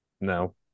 No